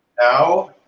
Now